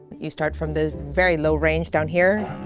you start from the very low range down here.